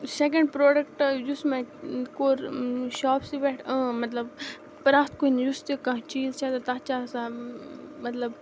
second product یُس مےٚ کوٚر شاپسی پٮ۪ٹھ مطلب پرٛٮ۪تھ کُنہِ یُس تہِ کانٛہہ چیٖز چھِ آسان تَتھ چھِ آسان مطلب